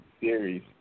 series